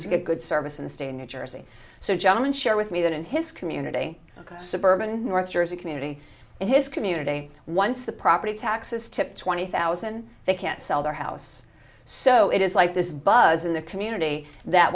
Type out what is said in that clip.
to get good service and stay in new jersey so gentleman share with me that in his community suburban north jersey community and his community once the property taxes tip twenty thousand they can't sell their house so it is like this buzz in the community that